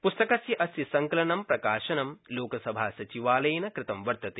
पुस्तकस्य अस्य संकलन प्रकाशन लोकसभासचिवालयेन कृतं वर्तते